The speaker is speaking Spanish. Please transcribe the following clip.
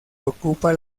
ocupa